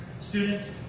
Students